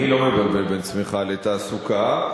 אני לא מבלבל בין צמיחה לתעסוקה.